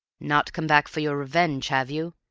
not come back for your revenge, have you?